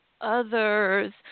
others